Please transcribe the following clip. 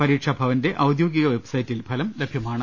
പ്രീക്ഷാഭവന്റെ ഔദ്യോഗിക വെബ്സൈറ്റിൽ ഫലം ലഭിക്കും